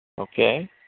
Okay